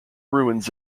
ruins